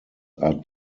are